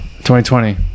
2020